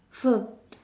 firm